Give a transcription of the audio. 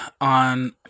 on